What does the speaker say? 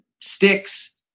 Sticks